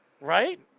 Right